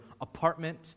apartment